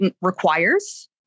requires